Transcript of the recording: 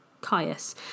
Caius